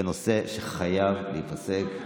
זה נושא שחייב להיפסק.